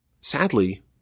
Sadly